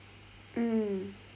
mm